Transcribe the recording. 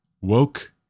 woke